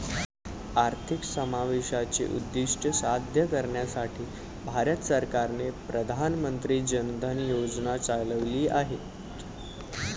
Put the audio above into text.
आर्थिक समावेशाचे उद्दीष्ट साध्य करण्यासाठी भारत सरकारने प्रधान मंत्री जन धन योजना चालविली आहेत